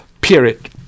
period